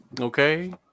Okay